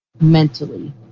mentally